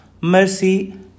mercy